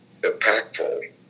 impactful